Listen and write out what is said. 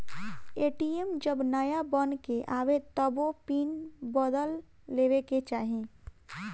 ATM जब नाया बन के आवे तबो पिन बदल लेवे के चाही